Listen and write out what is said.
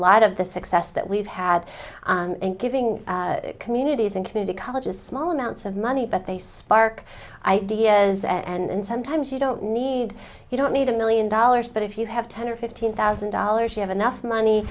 lot of the success that we've had in giving communities and community colleges small amounts of money but they spark ideas and sometimes you don't need you don't need a million dollars but if you have ten or fifteen thousand dollars you have enough money